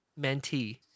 Mentee